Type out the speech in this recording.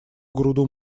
груду